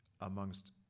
amongst